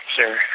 sir